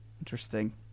Interesting